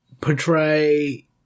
portray